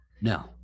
No